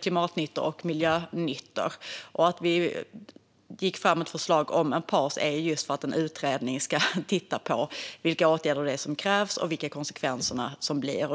klimatnytta och miljönyttor. Att vi gick fram med ett förslag om en paus är just för att en utredning ska titta på vilka åtgärder som krävs och vilka konsekvenser det blir.